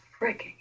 freaking